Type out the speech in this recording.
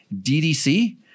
DDC